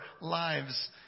lives